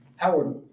Howard